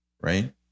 right